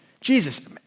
Jesus